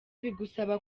bigusaba